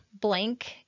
blank